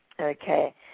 okay